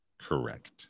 Correct